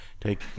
Take